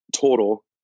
total